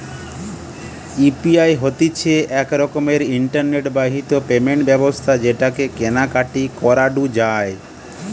UPI হতিছে এক রকমের ইন্টারনেট বাহিত পেমেন্ট ব্যবস্থা যেটাকে কেনা কাটি করাঢু যায়